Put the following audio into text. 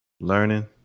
learning